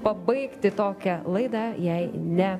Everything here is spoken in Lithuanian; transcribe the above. pabaigti tokią laidą jei ne